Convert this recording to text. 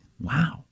Wow